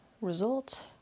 result